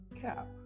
cap